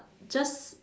just